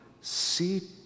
see